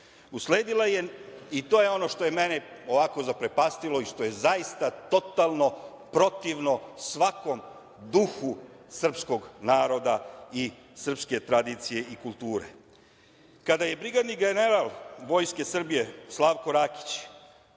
je, i to je ono što je mene ovako zaprepastilo i što je zaista totalno protivno svakom duhu srpskog naroda i srpske tradicije i kulture, kada je brigadni general Vojske Srbije, Slavko Rakić,